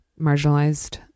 marginalized